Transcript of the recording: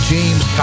James